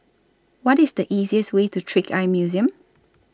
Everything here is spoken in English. What IS The easiest Way to Trick Eye Museum